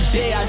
day